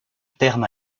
terme